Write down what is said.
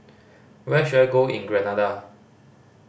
where should I go in Grenada